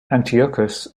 antiochus